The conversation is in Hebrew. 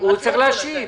מה --- הוא צריך להשיב.